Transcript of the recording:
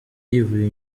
yivuye